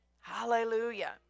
hallelujah